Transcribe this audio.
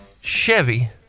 Chevy